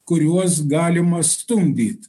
kuriuos galima stumdyt